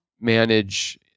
manage